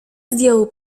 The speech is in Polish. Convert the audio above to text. zdjął